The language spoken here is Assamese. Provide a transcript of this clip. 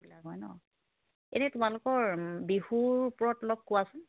বিলাক হয় নহ্ এনেই তোমালোকৰ বিহুৰ ওপৰত অলপ কোৱাচোন